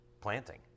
planting